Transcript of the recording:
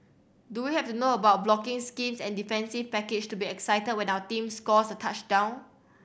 do we have to know about blocking schemes and defensive packages to be excited when our team scores a touchdown